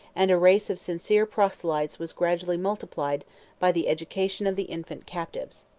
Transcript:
and a race of sincere proselytes was gradually multiplied by the education of the infant captives.